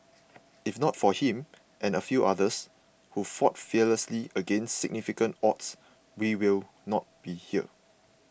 if not for him and a few others who fought fearlessly against significant odds we will not be here